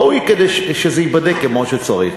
ראוי שזה ייבדק כמו שצריך.